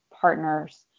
partners